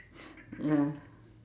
ya